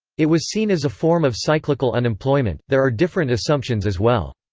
it was seen as a form of cyclical unemployment there are different assumptions as well.